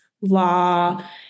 law